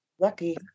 Lucky